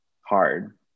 hard